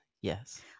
Yes